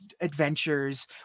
adventures